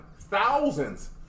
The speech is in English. Thousands